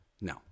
No